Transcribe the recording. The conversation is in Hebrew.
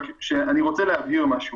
ברגע שאתה מעלה פה,